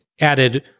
added